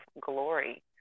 glory